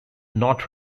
not